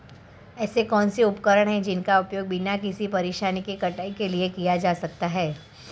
ऐसे कौनसे उपकरण हैं जिनका उपयोग बिना किसी परेशानी के कटाई के लिए किया जा सकता है?